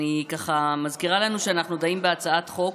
אני מזכירה לנו שאנחנו דנים בהצעת חוק